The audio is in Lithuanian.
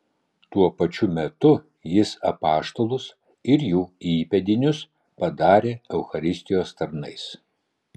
tuo pačiu metu jis apaštalus ir jų įpėdinius padarė eucharistijos tarnais